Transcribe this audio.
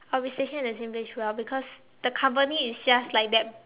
I'll be stationed at the same place throughout because the company is just like that